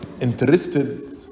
interested